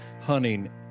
hunting